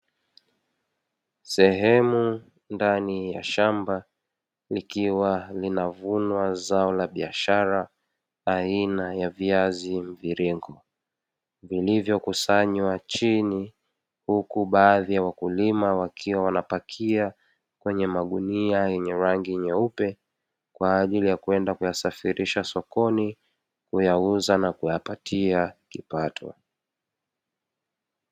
Sehemu ndani ya shamba, likiwa linavunwa zao la biashara aina ya viazi mviringo, vilivyokusanywa chini, huku baadhi ya wakulima wakiwa wanapakia kwenye magunia yenye rangi nyeupe kwa ajili ya kwenda kuyasafirisha sokoni, kuyauza na kujipatia kipato.